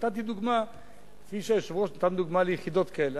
ונתתי דוגמה כפי שהיושב-ראש נתן דוגמה ליחידות כאלה.